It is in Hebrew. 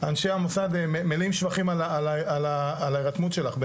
אנשי המוסד מלאים שבחים על ההירתמות שלך,